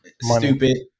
stupid